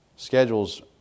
Schedules